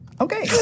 Okay